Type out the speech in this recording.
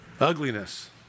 Ugliness